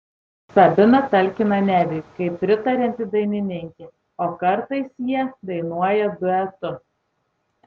sabina talkina neviui kaip pritarianti dainininkė o kartais jie dainuoja duetu